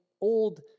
Old